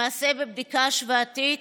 למעשה, בבדיקה השוואתית